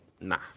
nah